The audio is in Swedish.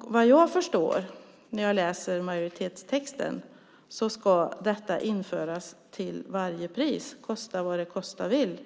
Vad jag förstår när jag läser majoritetstexten ska detta införas till varje pris, kosta vad det kosta vill.